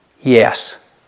Yes